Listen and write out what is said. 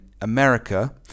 America